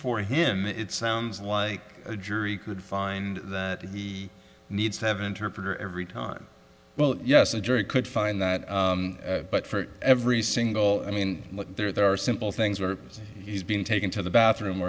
for him it sounds like a jury could find that he needs to have an interpreter every time well yes the jury could find that but for every single i mean look there are simple things where he's been taken to the bathroom